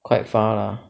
quite far lah